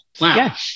Wow